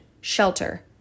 shelter